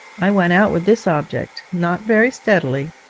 i went out with this object, not very steadily,